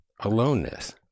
aloneness